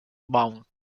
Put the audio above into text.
mount